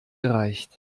gereicht